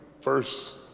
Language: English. first